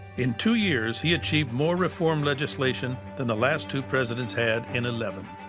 in two years he achieved more reform legislation than the last two presidents had in eleven.